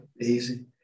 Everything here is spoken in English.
easy